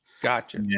Gotcha